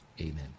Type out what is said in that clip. amen